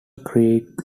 creek